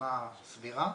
חתונה סבירה.